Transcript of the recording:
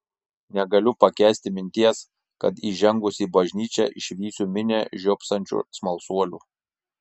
negaliu pakęsti minties kad įžengusi į bažnyčią išvysiu minią žiopsančių smalsuolių